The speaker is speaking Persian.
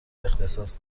اختصاص